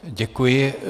Děkuji.